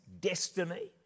destiny